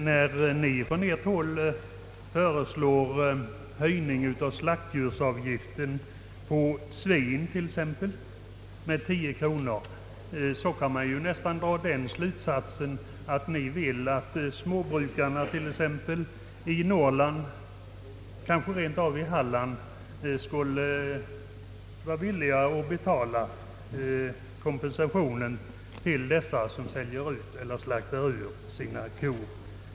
När ni från ert håll föreslår en höjning av slaktdjursavgiften för svin med 10 kronor, kan man nästan dra den slutsatsen att ni vill att småbrukarna exempelvis i Norrland, kanske rentav i Halland, skulle vara villiga att betala kompensationen till de jordbrukare som i panik slaktar ut sina kor.